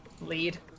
lead